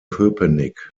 köpenick